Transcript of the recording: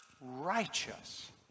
righteous